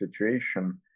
situation